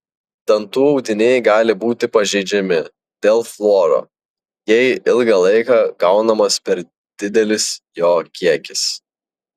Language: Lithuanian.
dantų audiniai gali būti pažeidžiami dėl fluoro jei ilgą laiką gaunamas per didelis jo kiekis